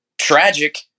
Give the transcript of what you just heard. tragic